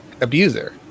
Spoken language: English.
abuser